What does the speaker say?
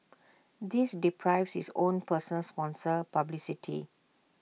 this deprives his own person sponsor publicity